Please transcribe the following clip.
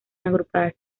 agrupadas